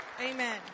Amen